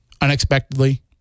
Unexpectedly